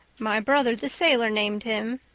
my brother the sailor named him.